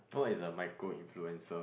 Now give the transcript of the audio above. what is a microinfluencer